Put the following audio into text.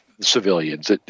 civilians